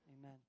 Amen